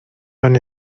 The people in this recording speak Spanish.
van